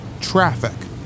Traffic